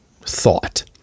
thought